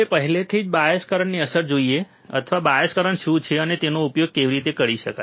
હવે આપણે પહેલેથી જ બાયસ કરંટની અસર જોઈ છે અથવા બાયસ કરંટ શું છે અને તેનો યોગ્ય ઉપયોગ કેવી રીતે કરી શકાય